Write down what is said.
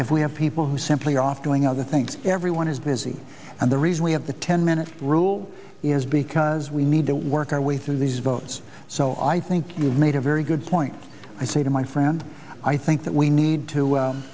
if we have people who simply off doing other things everyone is busy and the reason we have the ten minute rule is because we need to work our way through these votes so i think you've made a very good point i say to my friend i think that we need to